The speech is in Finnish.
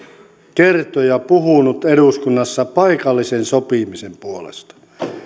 kertoja puhunut eduskunnassa paikallisen sopimisen puolesta